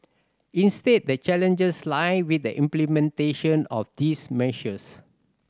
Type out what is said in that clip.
instead the challenges lie with the implementation of these measures